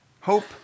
Hope